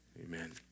Amen